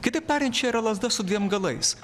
kitaip tariant čia yra lazda su dviem galais